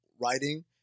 writing